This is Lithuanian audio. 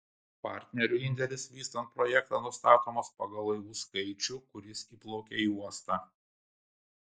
partnerių indėlis vystant projektą nustatomas pagal laivų skaičių kuris įplaukia į uostą